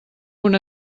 una